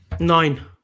Nine